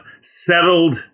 settled